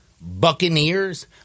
Buccaneers